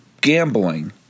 gambling